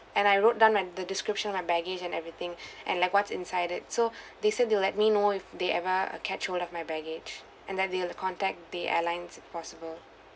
and I wrote down like the description my baggage and everything and like what's inside it so they said they'll let me know if they ever catch hold of my baggage and that they'll contact the airlines possible